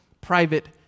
private